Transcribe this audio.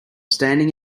standing